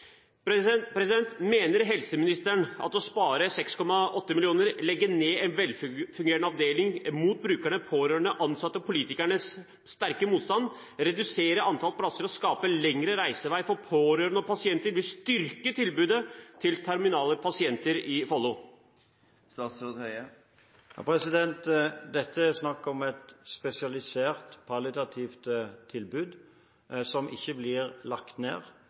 Mener helseministeren at det å spare 6,8 mill. kr, legge ned en velfungerende avdeling, på tross av brukernes, pårørendes, ansattes og politikernes sterke motstand, redusere antallet plasser og skape lengre reisevei for pårørende og pasienter vil styrke tilbudet til terminale pasienter i Follo? Dette er snakk om et spesialisert, palliativt tilbud, som ikke blir lagt ned,